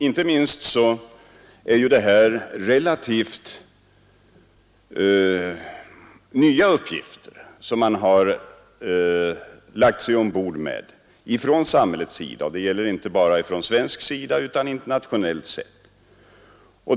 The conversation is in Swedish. Inte minst är det ju relativt nya uppgifter som samhället här har lagt sig ombord med. Det gäller inte bara från svensk sida utan internationellt sett.